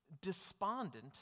despondent